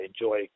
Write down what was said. enjoy